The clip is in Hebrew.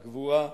הגבורה,